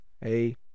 Hey